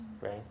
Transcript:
right